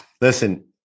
Listen